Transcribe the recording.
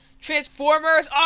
Transformers